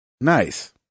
Nice